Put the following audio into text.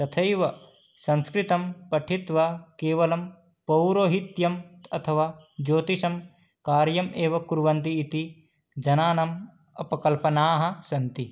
तथैव संस्कृतं पठित्वा केवलं पौरोहित्यम् अथवा ज्योतिषं कार्यम् एव कुर्वन्ति इति जनानाम् अपकल्पनाः सन्ति